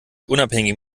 unabhängig